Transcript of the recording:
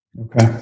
Okay